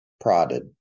prodded